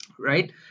right